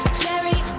cherry